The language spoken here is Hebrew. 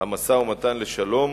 המשא-ומתן לשלום